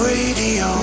Radio